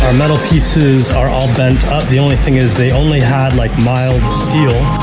ah metal pieces are all bent up. the only thing is they only had like mild steel,